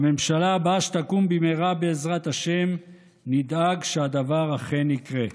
בממשלה הבאה שתקום במהרה בעזרת השם נדאג שהדבר אכן יקרה.